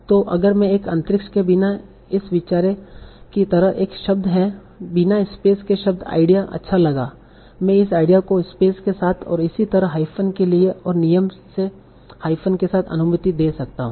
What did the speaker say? तो अगर मैं एक अंतरिक्ष के बिना इस विचार की तरह एक शब्द है बिना स्पेस के शब्द आईडिया अच्छा लगा मैं इस आईडिया को स्पेस से साथ और इसी तरह हाइफ़न के लिए और नियम से हाइफ़न के साथ अनुमति दे सकता हूं